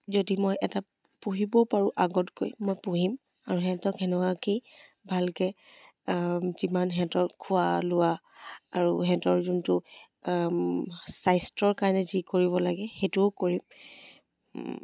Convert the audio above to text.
যদি মই এটা পুহিব পাৰোঁ আগত গৈ মই পুহিম আৰু সিহঁতক সেনেকুৱাকেই ভালকৈ যিমান সিহঁতৰ খোৱা লোৱা আৰু সিহঁতৰ যোনটো স্বাস্থ্যৰ কাৰণে যি কৰিব লাগে সেইটো কৰিম